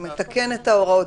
מתקן את ההוראות,